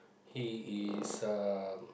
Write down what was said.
he is uh